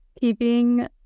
keeping